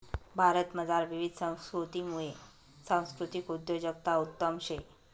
भारतमझार विविध संस्कृतीसमुये सांस्कृतिक उद्योजकता उत्तम शे